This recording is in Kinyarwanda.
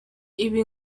ibi